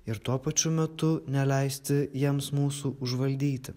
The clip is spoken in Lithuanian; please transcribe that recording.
ir tuo pačiu metu neleisti jiems mūsų užvaldyti